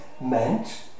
meant